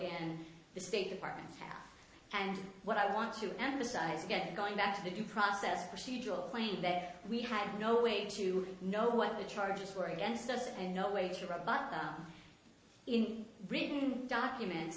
and the state department and what i want to emphasize again going back to the due process procedural claim that we had no way to know what the charges were against us and no way to rebut in written documents